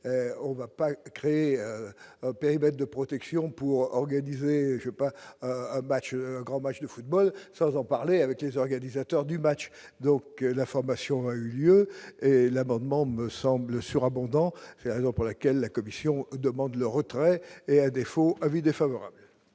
on va pas créer un périmètre de protection pour organiser, ai pas match un grand match de football, ça j'en parler avec les organisateurs du match donc la formation a eu lieu l'abonnement me semble surabondant, raison pour laquelle la Commission demande le retrait et à défaut : avis défavorable.